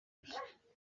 gusa